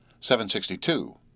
762